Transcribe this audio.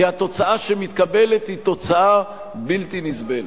כי התוצאה שמתקבלת היא תוצאה בלתי נסבלת.